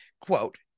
quote